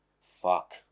Fuck